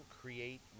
create